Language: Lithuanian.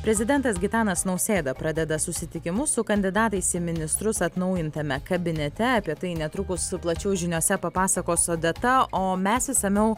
prezidentas gitanas nausėda pradeda susitikimus su kandidatais į ministrus atnaujintame kabinete apie tai netrukus plačiau žiniose papasakos odeta o mes išsamiau